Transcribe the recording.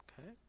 okay